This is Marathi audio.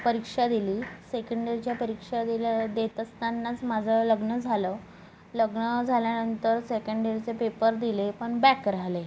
परीक्षा दिली सेकंडरीच्या परीक्षा दिल्या देत असतांनाच माझं लग्न झालं लग्न झाल्यानंतर सेकंडरीचे पेपर दिले पण बॅक राहिले